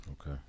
Okay